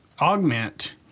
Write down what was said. Augment